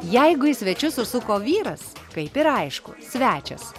jeigu į svečius užsuko vyras kaip ir aišku svečias